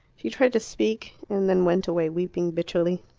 she tried to speak, and then went away weeping bitterly.